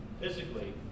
physically